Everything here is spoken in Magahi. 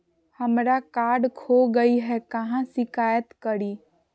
हमरा कार्ड खो गई है, कहाँ शिकायत करी?